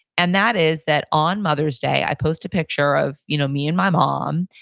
and that is that on mother's day, i post a picture of you know me and my mom,